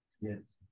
Yes